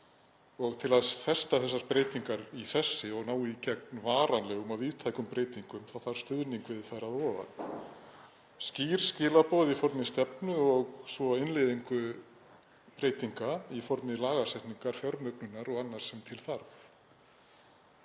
og til að festa þessar breytingar í sessi og ná í gegn varanlegum og víðtækum breytingum þarf stuðning við þær að ofan og skýr skilaboð í formi stefnu og svo innleiðingu breytinga í formi lagasetningar, fjármögnunar og annars sem til þarf.